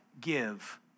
give